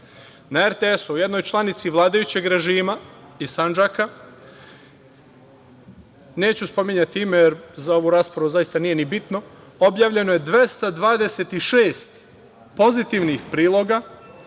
na RTS o jednoj članici vladajućeg režima iz Sandžaka, neću spominjati ime, jer za ovu raspravu nije ni bitno, objavljeno je 226 pozitivnih priloga,